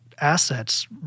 assets